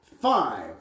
Five